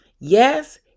Yes